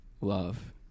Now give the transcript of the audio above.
love